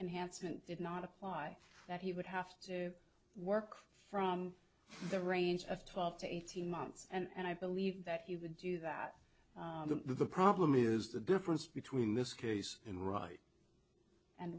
hansen did not apply that he would have to work from the range of twelve to eighteen months and i believe that he would do that the problem is the difference between this case and write and